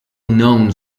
known